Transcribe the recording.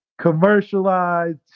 Commercialized